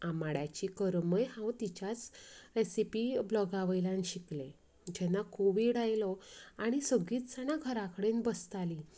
आंबाड्याची करमय हांव तिच्याच रॅसिपी ब्लाॅगावयल्यान शिकलें जेन्ना कोविड आयलो आनी सगळींच जाणां घराकडेन बसतालीं